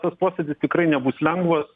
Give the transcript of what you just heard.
tas posėdis tikrai nebus lengvas